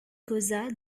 causa